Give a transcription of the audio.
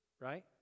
right